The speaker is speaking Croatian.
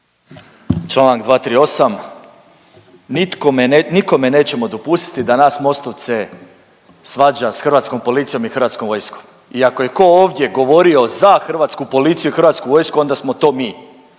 nitkome ne…, nikome nećemo dopustiti da nas Mostovce svađa s hrvatskom policijom i HV-om i ako je ko ovdje govorio za hrvatsku policiju i HV onda smo to mi.